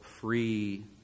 free